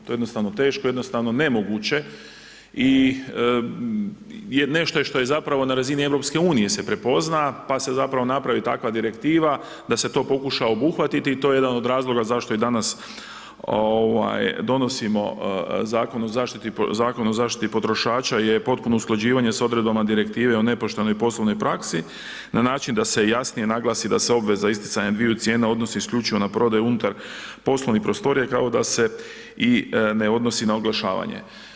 To je jednostavno teško, jednostavno nemoguće i nešto što je zapravo na razini EU-a se prepozna pa se zapravo napravi takva direktiva da se to pokuša obuhvatiti i to je jedan od razloga zašto danas donosimo Zakon o zaštiti potrošača je potpuno usklađivanje sa odredbama direktive o nepoštenoj poslovnoj praksi na način da se jasnije naglasi da se obveze za isticanje dviju cijena odnosi isključivo na prodaju unutar poslovnih prostorija kao da se i ne odnosi na oglašavanje.